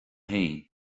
féin